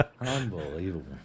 unbelievable